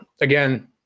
again